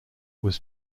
was